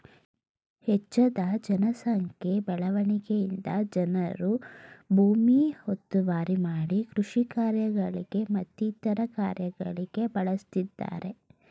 ಹೆಚ್ಜದ ಜನ ಸಂಖ್ಯೆ ಬೆಳವಣಿಗೆಯಿಂದ ಜನರು ಭೂಮಿ ಒತ್ತುವರಿ ಮಾಡಿ ಕೃಷಿ ಕಾರ್ಯಗಳಿಗೆ ಮತ್ತಿತರ ಕಾರ್ಯಗಳಿಗೆ ಬಳಸ್ತಿದ್ದರೆ